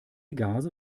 gase